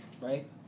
right